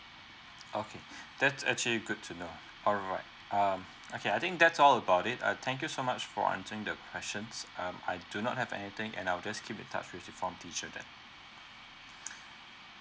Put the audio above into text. okay that's actually good to know alright um okay I think that's all about it uh thank you so much for answering the questions um I do not have anything and I will just keep in touch with the form teacher then